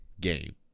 game